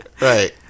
right